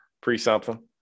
pre-something